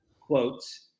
quotes